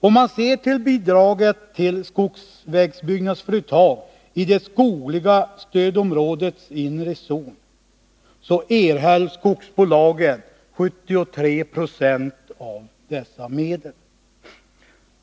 Om man ser till bidraget till skogsvägbyggnadsföretag i det skogliga stödområdets inre zon, finner man att skogsbolagen erhöll 73 90 av medlen.